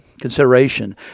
consideration